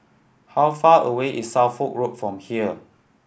how far away is Suffolk Road from here